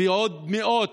ועוד מאות